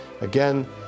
Again